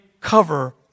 cover